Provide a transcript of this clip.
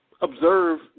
observe